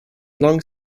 long